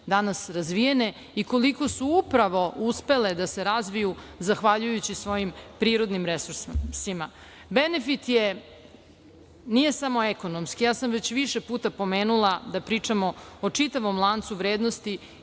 danas razvijene i koliko su upravo uspele da se razviju zahvaljujući svojim prirodnim resursima. Benefit nije samo ekonomski. Ja sam već više puta pomenula da pričamo o čitavom lancu vrednosti